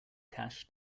cache